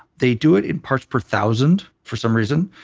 they do it in parts per thousand, for some reason,